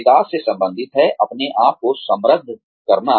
विकास से संबंधित है अपने आप को समृद्ध करना